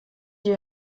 die